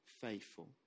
faithful